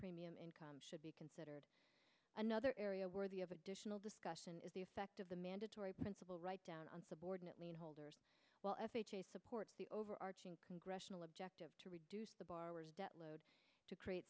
premium income should be considered another area worthy of additional discussion is the effect of the mandatory principal write down on subordinate lienholder well f h a supports the overarching congressional objective to reduce the borrowers debt load to create